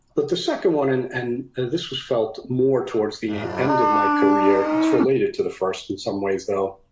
but the second one, and and this was felt more towards the end of my career, it's related to the first in some ways though,